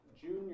junior